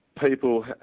people